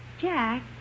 Jack